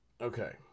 okay